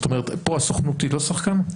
פה הסוכנות היא לא שחקן?